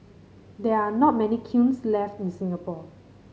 there are not many kilns left in Singapore